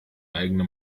eigene